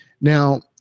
Now